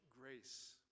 grace